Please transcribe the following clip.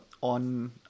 on